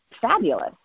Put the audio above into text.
fabulous